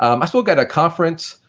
um i spoke at a conference